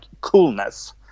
coolness